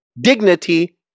dignity